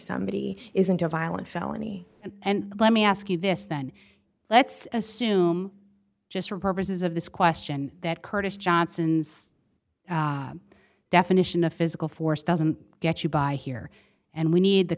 somebody isn't a violent felony and let me ask you this then let's assume just for purposes of this question that curtis johnson's definition of physical force doesn't get you by here and we need the